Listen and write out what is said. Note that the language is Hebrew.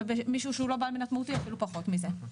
ומישהו שהוא לא בעל מניות מהותי אפילו פחות מזה.